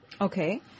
Okay